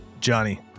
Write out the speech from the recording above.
Johnny